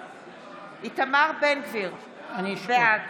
נגד איתמר בן גביר, בעד